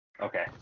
okay